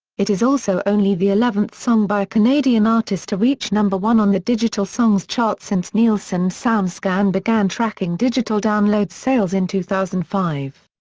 it is also only the eleventh song by a canadian artist to reach number one on the digital songs chart since nielsen soundscan began tracking digital download sales in two thousand and five.